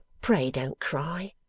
pray don't cry